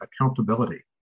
accountability